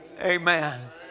Amen